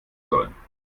sollen